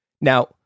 Now